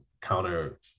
counter